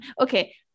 okay